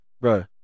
Bro